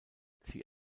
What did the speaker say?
sie